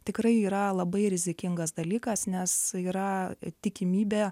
tikrai yra labai rizikingas dalykas nes yra tikimybė